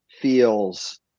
feels